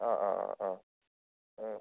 ആ ആ ആ ആ ആ